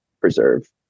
preserve